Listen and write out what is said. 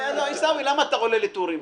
ששש, עיסאווי, למה אתה עולה לטורים?